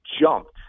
jumped